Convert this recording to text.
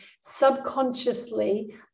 subconsciously